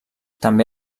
també